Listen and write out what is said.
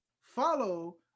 Follow